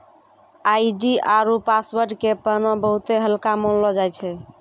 ID आरु password के पाना बहुते हल्का मानलौ जाय छै